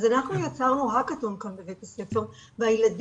אנחנו לא מדברים זכויות אלא אנחנו נותנים זכויות לילדים,